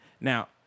Now